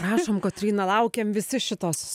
prašom kotryna laukiam visi šitos